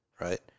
right